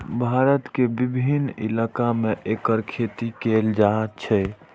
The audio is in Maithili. भारत के विभिन्न इलाका मे एकर खेती कैल जाइ छै